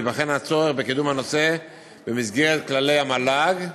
ייבחן הצורך בקידום הנושא במסגרת כללי המל"ג,